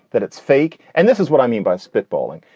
that it's fake. and this is what i mean by spitballing.